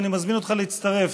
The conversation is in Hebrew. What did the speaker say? ואני מזמין אותך להצטרף,